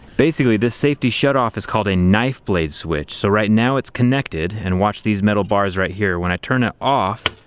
basically this safety shutoff is called a knife blade switch. so right now it's connected, and watch these metal bars right here. when i turn it off,